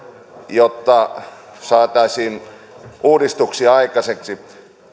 jotta saataisiin uudistuksia aikaiseksi